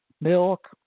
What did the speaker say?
milk